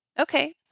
Okay